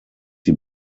die